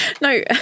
No